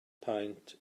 paent